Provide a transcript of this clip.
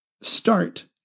start